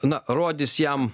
na rodys jam